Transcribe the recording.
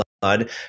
blood